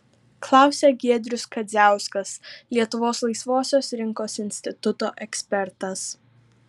klausia giedrius kadziauskas lietuvos laisvosios rinkos instituto ekspertas